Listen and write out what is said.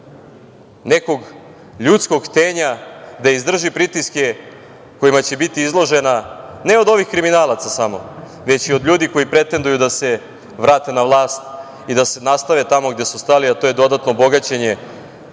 nekog ljudskog htenja da izdrži pritiske kojima će biti izložena, ne od ovih kriminalaca samo, već i od ljudi koji pretenduju da se vrate na vlast i da nastave tamo gde su stali, a to je dodatno bogaćenje